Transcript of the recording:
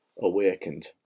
awakened